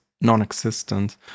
non-existent